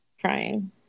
Crying